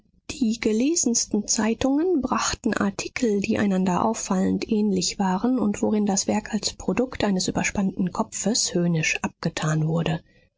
die gelesensten zeitungen brachten artikel die einander auffallend ähnlich waren und worin das werk als produkt eines überspannten kopfes höhnisch abgetan wurde